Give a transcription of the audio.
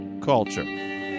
Culture